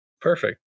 Perfect